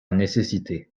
nécessité